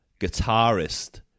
guitarist